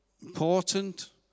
important